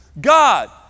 God